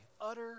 utter